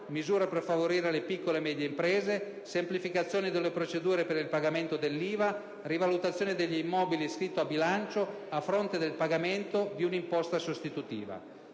misure per favorire le piccole e medie imprese, semplificazione delle procedure per il pagamento dell'IVA, rivalutazione degli immobili iscritti a bilancio a fronte del pagamento di un'imposta sostitutiva.